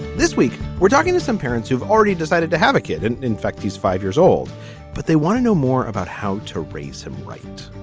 this week we're talking to some parents who've already decided to have a kid. and in fact he's five years old but they want to know more about how to raise him right.